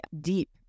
deep